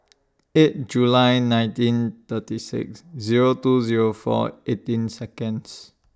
eight July nineteen thirty six Zero two Zero four eighteen Seconds